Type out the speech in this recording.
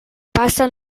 passen